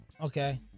okay